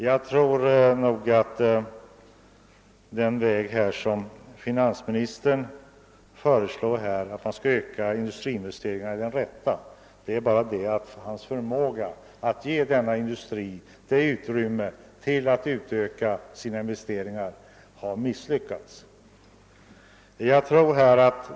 Jag tror nog att den väg som finansministern föreslår, att öka industriinvesteringarna, är den rätta, men han har misslyckats med att ge denna industri utrymme att öka sina investeringar.